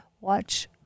watch